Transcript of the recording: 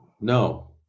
no